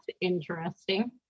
interesting